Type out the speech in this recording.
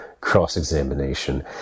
cross-examination